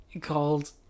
called